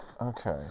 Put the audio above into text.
Okay